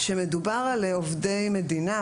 כשמדובר על עובדי מדינה,